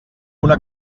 una